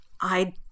I